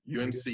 UNC